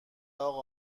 اقا